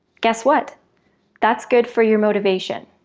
guess what that's good for your motivation!